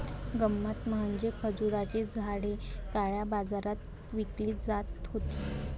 गंमत म्हणजे खजुराची झाडे काळ्या बाजारात विकली जात होती